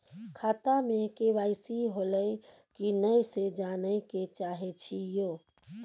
खाता में के.वाई.सी होलै की नय से जानय के चाहेछि यो?